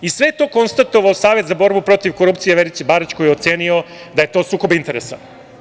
I sve je to konstatovao Savet za borbu protiv korupcije, Verice Barać koji je ocenio da je to sukob interesa.